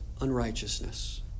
unrighteousness